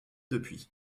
depuis